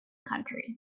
country